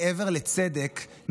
מעבר לצדק,